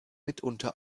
mitunter